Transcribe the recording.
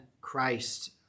Christ